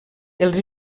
els